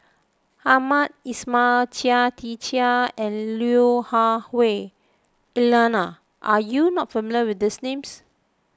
Hamed Ismail Chia Tee Chiak and Lui Hah Wah Elena are you not familiar with these names